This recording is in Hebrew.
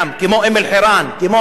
כמו אום-אלחיראן,